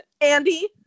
Andy